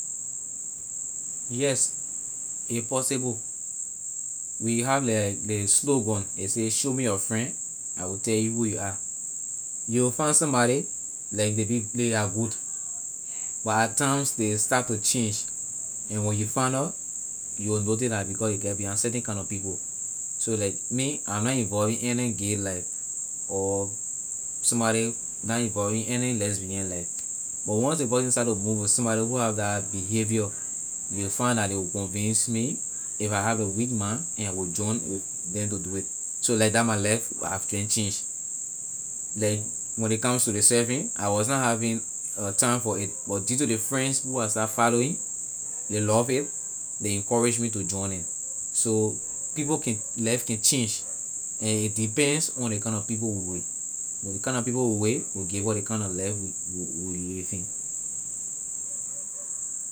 Yes a possible we have like ley slogan ley say show me your friend I will tell you who you are you will find somebody like ley be ley are good but at times ley start to change and when you find nor you will notice la because ley get behind certain kind na people so like me I na involve in any kind na gay life or somebody na involve in any lesbian life but once ley person start to move with somebody who have la behavior you find that ley will convince ma if I have a weak mind and I will join them to do it so like that my life have can change like when ley come to ley surfing I was na having time for it but due to ley friends who I start following ley love it ley encourage me to join them so people can life can change and a depends on ley kind na people we with when ley kind na people we with will give us ley kind na live we we we living.